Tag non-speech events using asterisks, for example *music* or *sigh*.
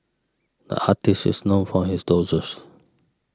the artist is known for his *unintelligible*